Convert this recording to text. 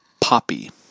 Poppy